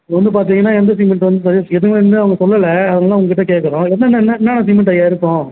இங்கே வந்து பார்த்திங்கன்னா எந்த சிமெண்ட் வந்து எது வேணுன்னே அவங்க சொல்லல அதனால் உங்ககிட்டே கேட்குறோம் என்னென்ன என்ன என்ன சிமெண்ட்டு ஐயா இருக்கும்